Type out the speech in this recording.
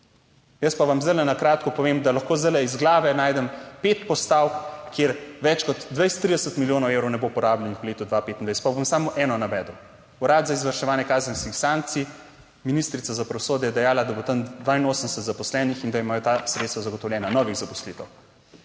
Jaz pa vam zdaj na kratko povem, da lahko zdajle iz glave najdem pet postavk, kjer več kot 20, 30 milijonov evrov ne bo porabljenih v letu 2025, pa bom samo eno navedel, Urad za izvrševanje kazenskih sankcij. Ministrica za pravosodje je dejala, da bo tam 82 zaposlenih, in da imajo ta sredstva zagotovljena. Novih zaposlitev